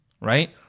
right